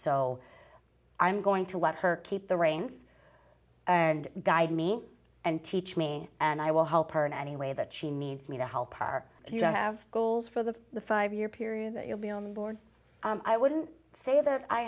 so i'm going to let her keep the reins and guide me and teach me and i will help her in any way that she needs me to help are you don't have goals for the five year period that you'll be on board i wouldn't say that i